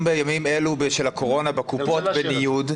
בימים אלה של הקורונה בקופות בניוד,